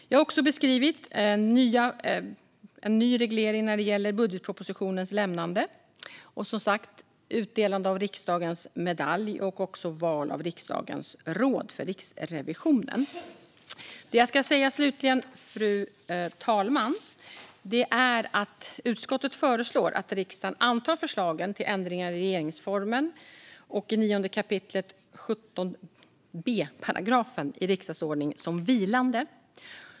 Jag har även beskrivit en ny reglering när det gäller budgetpropositionens avlämnande, utdelande av riksdagens medalj och val av riksdagens råd för Riksrevisionen. Det jag ska säga slutligen, fru talman, är att utskottet föreslår att riksdagen antar förslagen till ändringar i regeringsformen och i 9 kap. 17 b § riksdagsordningen som vilande.